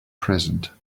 present